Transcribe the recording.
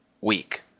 week